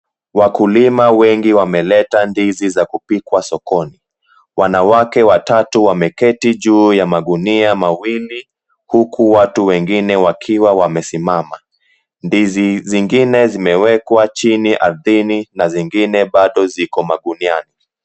Wakulima wengi wameleta ndizi za kupikwa sokoni. Wanawake watatu wameketi juu ya magunia mawili huku watu wengine wakiwa wamesimama. Ndizi zingine zimewekwa chini ardhini na zingine bado ziko maguniani.